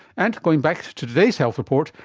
and going back to today's health report,